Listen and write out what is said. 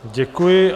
Děkuji.